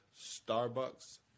starbucks